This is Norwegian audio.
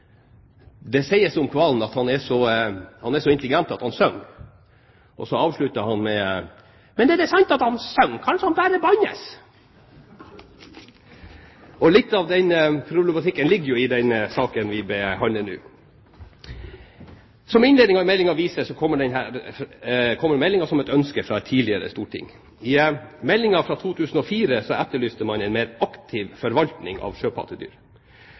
det sies om hvalen at han er så intelligent at han synger. Så avsluttet han med: «Men er det sant at han søng, kanskje han bare bannes?» Litt av den problematikken ligger jo i den saken vi behandler nå. Som innledningen i meldingen viser, kommer denne meldingen som et ønske fra et tidligere storting. I meldingen fra 2004 etterlyste man en mer aktiv forvaltning av sjøpattedyr